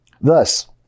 Thus